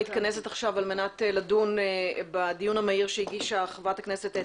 הוועדה מתכנסת לדון בדיון המהיר שהגישה חברת הכנסת חוה